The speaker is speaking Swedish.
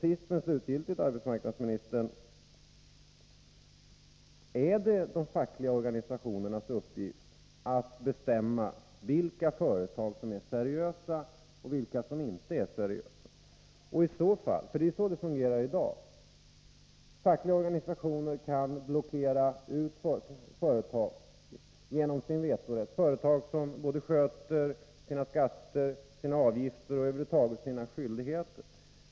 Sist och slutligen, arbetsmarknadsministern: Är det de fackliga organisationernas uppgift att bestämma vilka företag som är seriösa och vilka som inte är seriösa? Det är ju så det fungerar i dag. Fackliga organisationer kan genom sin vetorätt blockera ut företag, som betalar sina skatter och andra avgifter och sköter sina skyldigheter över huvud taget.